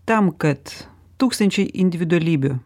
tam kad tūkstančiai individualybių